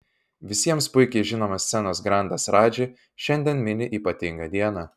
visiems puikiai žinomas scenos grandas radži šiandien mini ypatingą dieną